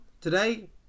today